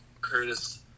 Curtis